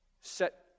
set